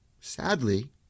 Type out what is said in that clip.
Sadly